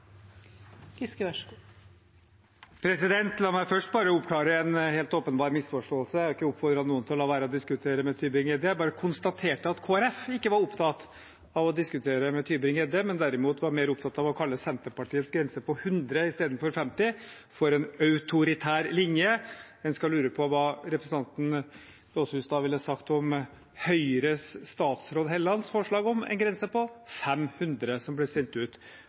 La meg først oppklare en helt åpenbar misforståelse. Jeg har ikke oppfordret noen til å la være å diskutere med Tybring-Gjedde. Jeg bare konstaterte at Kristelig Folkeparti ikke var opptatt av å diskutere med Tybring-Gjedde, men derimot var mer opptatt av å kalle Senterpartiets grense, på 100 istedenfor 50, for en autoritær linje. En skal lure på hva representanten Gleditsch Lossius da ville sagt om Høyres statsråd Hellelands forslag om en grense på 500, som ble sendt ut